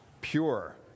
pure